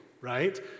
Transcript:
right